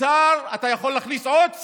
לשר אתה יכול להכניס עוד שר,